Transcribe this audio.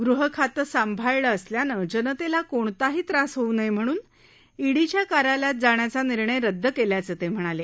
गृह खातं सांभाळलं असल्यानं जनतेला कोणताही त्रास होऊ नये म्हणून ईडीच्या कार्यालयात जाण्याचा निर्णय रद्द केल्याचं ते म्हणाले